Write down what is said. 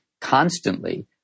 constantly